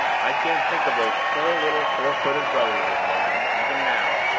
i can't think of those poor little four-footed brothers of mine, even now,